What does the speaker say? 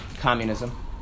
Communism